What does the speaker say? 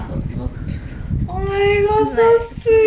is like